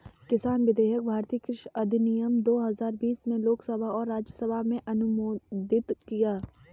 किसान विधेयक भारतीय कृषि अधिनियम दो हजार बीस में लोकसभा और राज्यसभा में अनुमोदित किया